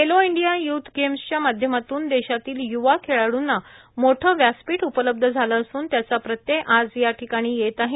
Khelo India youth गेम्सच्या माध्यमातून देशातील यूवा खेळाइंना मोठे व्यासपीठ उपलब्ध झालं असून त्याचा प्रत्यय आज या ठिकाणी येत आहे